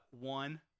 One